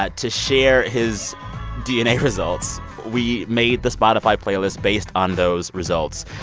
ah to share his dna results. we made the spotify playlist based on those results.